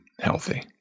healthy